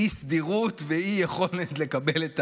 אי-סדירות ואי-יכולת לקבל,